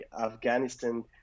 Afghanistan